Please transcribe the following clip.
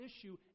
issue